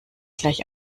gleich